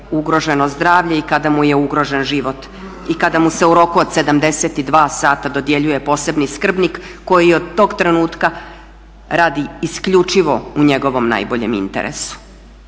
ugroženo zdravlje i kada mu je ugrožen život, i kada mu se u roku od 72 sata dodjeljuje posebni skrbnik koji od tog trenutka radi isključivo u njegovom najboljem interesu.